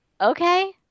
Okay